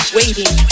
waiting